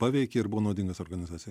paveikė ir buvo naudingas organizacijai